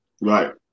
Right